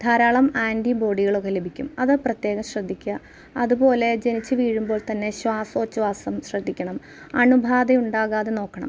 ധാരാളം ആന്റിബോഡികളൊക്കെ ലഭിക്കും അത് പ്രത്യേകം ശ്രദ്ധിക്കുക അതുപോലെ ജനിച്ച് വീഴുമ്പോൾ തന്നെ ശ്വാസോഛ്വാസം ശ്രദ്ധിക്കണം അണുബാധയുണ്ടാകാതെ നോക്കണം